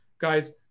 Guys